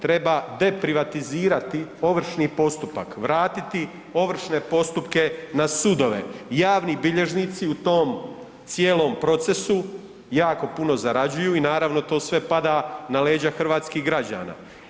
Treba deprivatizirati ovršni postupak, vratiti ovršne postupke na sudove, javni bilježnici u tom cijelom procesu jako puno zarađuju i naravno to sve pada na leđa hrvatskih građana.